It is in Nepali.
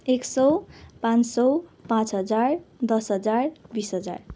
एक सौ पाँच सौ पाँच हजार दस हजार बिस हजार